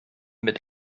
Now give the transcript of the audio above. mit